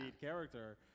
character